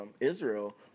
Israel